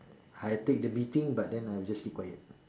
I take the beating but then I'll just keep quiet